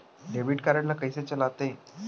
Debit card ला कइसे चलाते?